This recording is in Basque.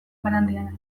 barandiaranek